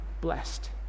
blessed